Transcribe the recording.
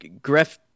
Gref